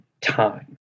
time